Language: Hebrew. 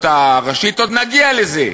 עוד נגיע לזה.